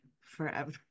forever